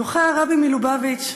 שלוחי הרבי מלובביץ',